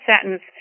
sentence